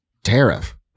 Tariff